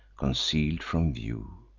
conceal'd from view.